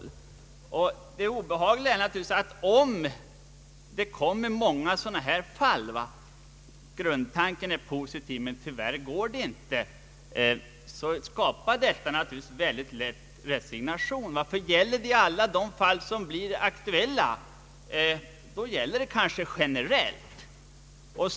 Det obehagliga är att om det kommer många sådana här fall där det sägs att grundtanken är positiv men att det tyvärr inte går, skapas mycket lätt resignation.